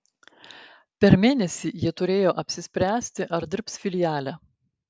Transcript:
per mėnesį jie turėjo apsispręsti ar dirbs filiale